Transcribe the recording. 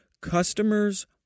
Customers